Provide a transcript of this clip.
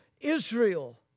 Israel